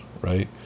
right